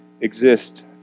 exist